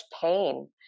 pain